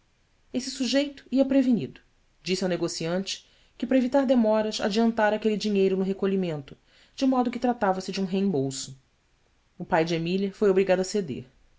esse sujeito ia prevenido disse ao negociante que para evitar demoras adiantara aquele dinheiro no recolhimento de modo que tratava-se de um reembolso o pai de emília foi obrigado a ceder